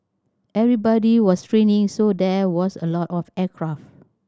everybody was training so there was a lot of aircraft